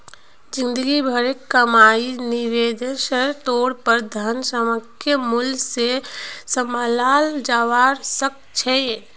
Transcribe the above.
जिंदगी भरेर कमाईक निवेशेर तौर पर धन सामयिक मूल्य से सम्भालाल जवा सक छे